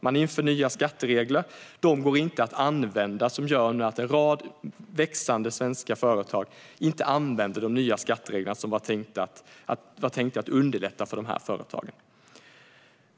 Så inför man nya skatteregler som inte går att använda, vilket nu gör att en rad växande svenska företag inte använder de nya skattereglerna som var tänkta att underlätta för företagen.